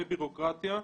הרבה בירוקרטיה.